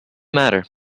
matter